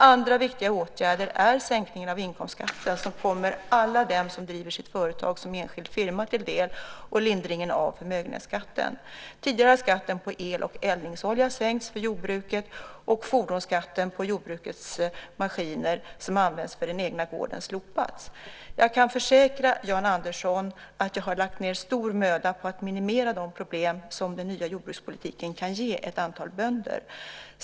Andra viktiga åtgärder är sänkningen av inkomstskatten som kommer alla dem som driver sitt företag som enskild firma till del och lindringen av förmögenhetsskatten. Tidigare har skatten på el och eldningsolja sänkts för jordbruket och fordonsskatten på jordbruksmaskiner som används på den egna gården slopats. Jag kan försäkra Jan Andersson att jag har lagt ned stor möda på att minimera de problem som den nya jordbrukspolitiken kan ge ett antal bönder.